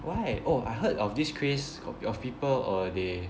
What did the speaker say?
why oh I heard of this craze got of people uh they